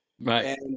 Right